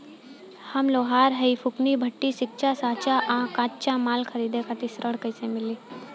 हम लोहार हईं फूंकनी भट्ठी सिंकचा सांचा आ कच्चा माल खरीदे खातिर ऋण कइसे मिली?